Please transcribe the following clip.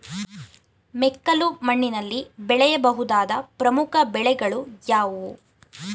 ಮೆಕ್ಕಲು ಮಣ್ಣಿನಲ್ಲಿ ಬೆಳೆಯ ಬಹುದಾದ ಪ್ರಮುಖ ಬೆಳೆಗಳು ಯಾವುವು?